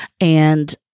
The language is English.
And-